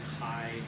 high